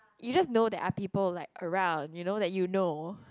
you just know there are people like around you know that you know